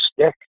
stick